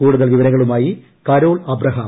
കൂടുതൽ വിവരങ്ങളുമായി കരോൾ അബ്രഹാം